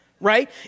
right